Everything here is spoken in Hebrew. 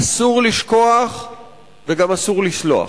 אסור לשכוח וגם אסור לסלוח.